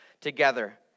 together